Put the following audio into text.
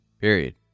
Period